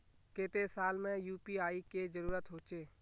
केते साल में यु.पी.आई के जरुरत होचे?